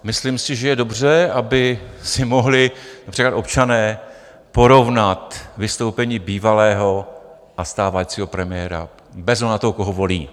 Myslím si, že je dobře, aby si mohli například občané porovnat vystoupení bývalého a stávajícího premiéra bez ohledu na to, koho volí.